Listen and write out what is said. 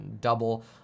double